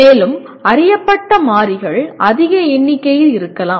மேலும் அறியப்பட்ட மாறிகள் அதிக எண்ணிக்கையில் இருக்கலாம்